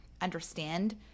understand